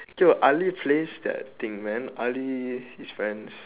ya ali plays that thing man ali his friends